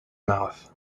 mouth